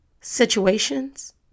situations